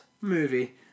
movie